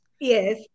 yes